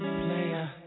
player